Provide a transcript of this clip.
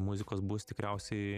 muzikos bus tikriausiai